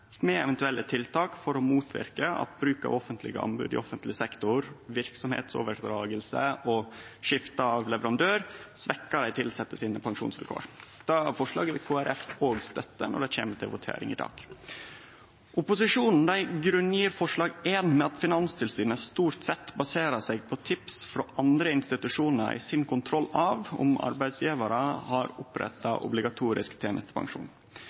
med eventuelle tiltak for å motverke at bruk av offentlege anbod i offentleg sektor, verksemdsoverdragingar og skifte av leverandør svekkjer dei tilsette sine pensjonsvilkår. Det forslaget vil Kristeleg Folkeparti støtte når det kjem til votering i dag. Opposisjonen grunngjev forslag nr. 1 med at Finanstilsynet stort sett baserer seg på tips frå andre institusjonar i kontrollen av om arbeidsgjevarar har oppretta obligatorisk tenestepensjon.